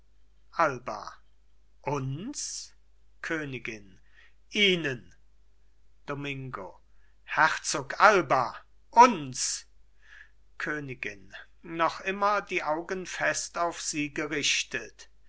alba uns königin ihnen domingo herzog alba uns königin noch immer die augen fest auf sie gerichtet